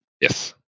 yes